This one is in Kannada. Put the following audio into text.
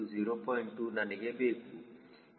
2 ನನಗೆ ಬೇಕು